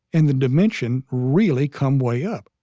and the dimension, really come way up.